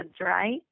right